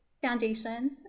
Foundation